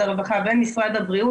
של הפורום.